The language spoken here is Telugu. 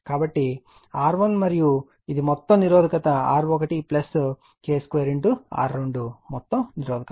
కాబట్టి R1 మరియు ఇది మొత్తం నిరోధకత R1 K 2 R2 మొత్తం నిరోధకత